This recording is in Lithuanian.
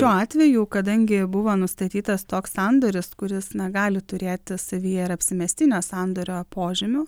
šiuo atveju kadangi buvo nustatytas toks sandoris kuris negali turėti savyje ir apsimestinio sandorio požymių